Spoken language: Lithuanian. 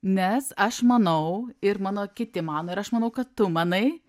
nes aš manau ir mano kiti mano ir aš manau kad tu manai